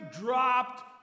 dropped